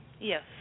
Yes